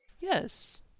Yes